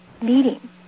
meeting